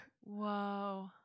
whoa